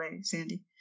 Sandy